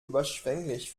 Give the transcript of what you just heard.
überschwänglich